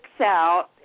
out